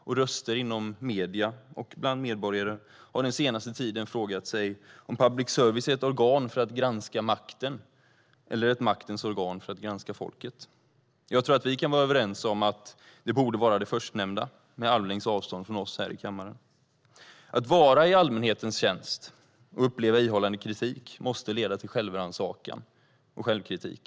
Och röster inom medierna och bland medborgare har den senaste tiden frågat sig om public service är ett organ för att granska makten eller ett maktens organ för att granska folket. Jag tror att vi kan vara överens om att det borde vara det förstnämnda - på armlängds avstånd från oss här i kammaren. Att vara i allmänhetens tjänst och uppleva ihållande kritik måste leda till självrannsakan och självkritik.